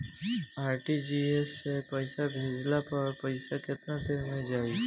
RTGS से पईसा भेजला पर पईसा केतना देर म जाई?